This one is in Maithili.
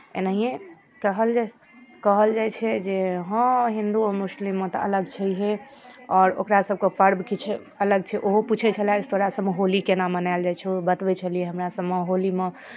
एनाहिए कहल जाइ कहल जाइ छै जे हँ हिन्दू आओर मुस्लिममे तऽ अलग छैहे आओर ओकरासभके पर्व किछु अलग छै ओहो पूछै छलय जे तोरा सभमे होली केना मनायल जाइ छौ बतबै छलियै हमरा सभमे होलीमे